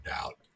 out